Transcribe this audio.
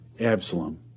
Absalom